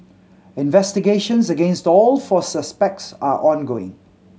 investigations against all four suspects are ongoing